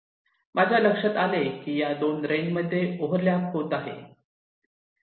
माझ्या लक्षात आले की या 2 रेंज मध्ये ओव्हर लॅप आहे